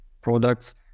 products